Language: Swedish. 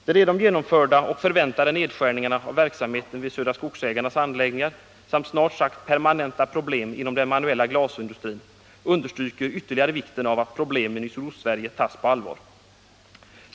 De redan genomförda och förväntade nedskärningarna av verksamheten vid Södra Skogsägarnas anläggningar samt snart sagt permanenta problem inom den manuella glasindustrin understryker ytterligare vikten av att problemen i Sydostsverige tas på allvar.